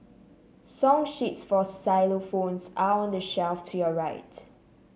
song sheets for xylophones are on the shelf to your right